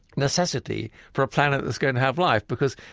necessity for a planet that's going to have life because,